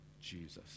Jesus